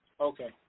Okay